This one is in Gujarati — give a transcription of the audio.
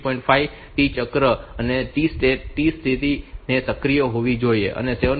5 T ચક્ર T સ્થિતિ માટે સક્રિય હોવી જોઈએ અને 7